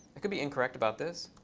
it could be incorrect about this.